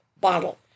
bottle